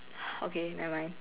okay never mind